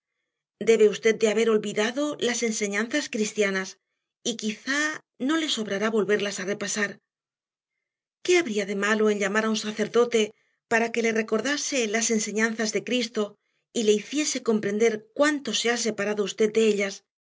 debe usted de haber olvidado las enseñanzas cristianas y quizá no le sobrará volverlas a repasar qué habría de malo en llamar a un sacerdote para que le recordase las enseñanzas de cristo y le hiciese comprender cuánto se ha separado usted de ellas